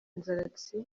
inzaratsi